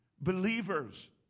believers